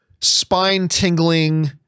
spine-tingling